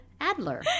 adler